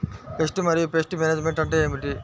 Pest మరియు pest management అంటే ఏమిటి?